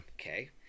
Okay